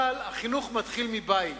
אבל החינוך מתחיל מבית,